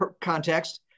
context